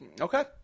Okay